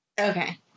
Okay